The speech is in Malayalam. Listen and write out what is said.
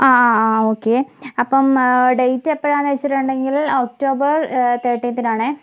ആ ആ ആ ഓക്കെ അപ്പോൾ ഡെയ്റ്റ് എപ്പഴാണെന്ന് വച്ചിട്ടുണ്ടെങ്കിൽ ഒക്ടോബർ തേർട്ടീന്തിനാണേ